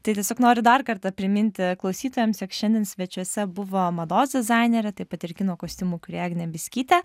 tai tiesiog noriu dar kartą priminti klausytojams jog šiandien svečiuose buvo mados dizainerė taip pat ir kino kostiumų kurėja agnė biskytė